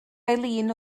eileen